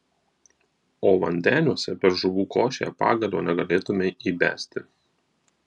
o vandeniuose per žuvų košę pagalio negalėtumei įbesti